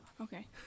Okay